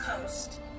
Coast